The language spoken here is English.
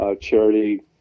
charity